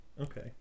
okay